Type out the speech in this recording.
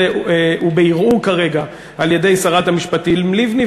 הוא כרגע בערעור של שרת המשפטים לבני,